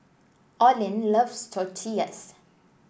Olin loves Tortillas